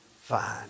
fine